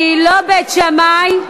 אני לא בית שמאי,